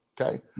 okay